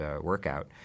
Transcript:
workout